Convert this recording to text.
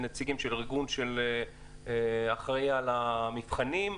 נציגי ארגון שאחראי על המבחנים,